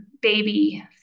baby